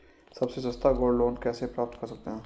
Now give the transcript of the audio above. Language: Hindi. सबसे सस्ता गोल्ड लोंन कैसे प्राप्त कर सकते हैं?